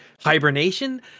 hibernation